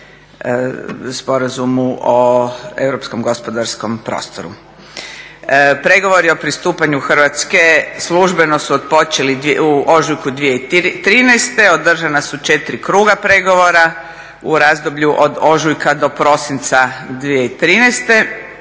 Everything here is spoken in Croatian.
Sporazumu o europskom gospodarskom prostoru. Pregovori o pristupanju Hrvatske službeno su otpočeli u ožujku 2013. Održana su 4 kruga pregovora u razdoblju od ožujka do prosinca 2013.